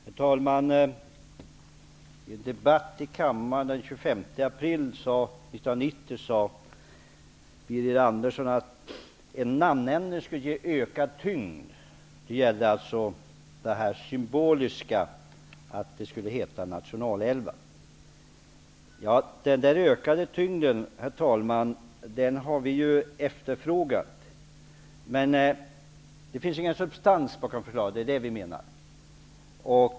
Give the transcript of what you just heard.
Herr talman! I en debatt i kammaren den 25 april 1990 sade Birger Andersson att en namnändring skulle ge ökad tyngd. Det gällde alltså det symboliska att älvarna skulle benämnas nationalälvar. Vi har efterfrågat den ökade tyngden. Vi menar att det inte finns någon substans bakom förslaget.